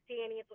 Danny